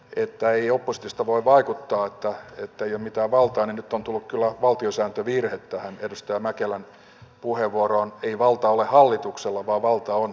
nyt raju postista voi vaikuttaa se että jo itävaltaan ja tuntuu kyllä valtiosääntövirhe tähän tietysti mäkelän puheenvuoroon diivalta ole hallituksen valta on